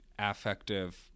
affective